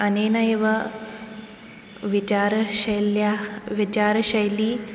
अनेनैव विचारशैल्याः विचारशैली